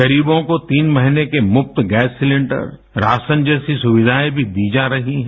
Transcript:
गरीबों को तीन महीने के मुफ्त गैस सिलेंडर राशन जैसी सुविधायें भी दी जा रही हैं